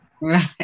Right